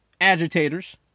Agitators